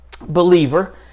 Believer